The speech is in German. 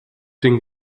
den